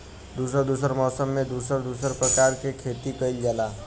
दुसर दुसर मौसम में दुसर दुसर परकार के खेती कइल जाला